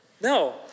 No